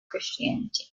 christianity